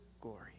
glory